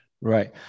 Right